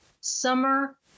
summer